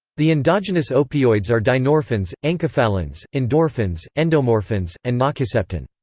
the endogenous opioids are dynorphins, enkephalins, endorphins, endomorphins and nociceptin.